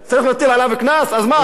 אז מה, לוותר על הלחם?